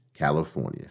California